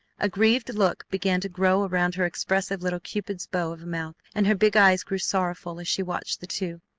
a grieved look began to grow around her expressive little cupid's bow of a mouth, and her big eyes grew sorrowful as she watched the two.